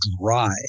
dry